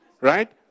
Right